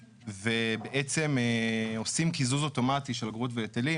ובעצם עושים קיזוז אוטומטי של אגרות והיטלים,